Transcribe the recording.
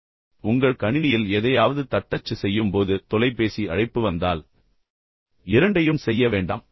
உங்கள் கணினியில் அல்லது உங்கள் மடிக்கணினியில் எதையாவது தட்டச்சு செய்யும் போது தொலைபேசி அழைப்பு வந்தால் இரண்டையும் செய்ய வேண்டாம்